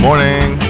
Morning